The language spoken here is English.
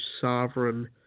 sovereign